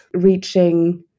reaching